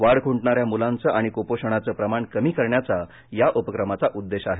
वाढ खुंटणाऱ्या मुलांचं आणि कूपोषणाचं प्रमाण कमी करण्याचा या उपक्रमाचा उद्देश आहे